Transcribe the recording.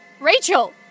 Rachel